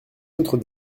notre